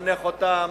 לחנך אותם,